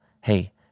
hey